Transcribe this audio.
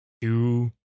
Two